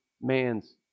man's